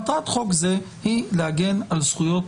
בלי משפטים מורכבים: מטרת חוק זה היא להגן על זכויות